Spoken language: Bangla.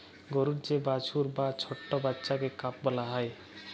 গরুর যে বাছুর বা ছট্ট বাচ্চাকে কাফ ব্যলা হ্যয়